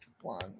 one